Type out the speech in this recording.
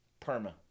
Perma